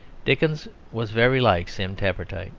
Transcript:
dickens was very like sim tappertit.